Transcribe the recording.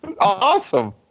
Awesome